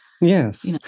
Yes